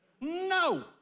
No